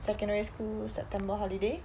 secondary school september holiday